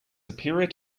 superior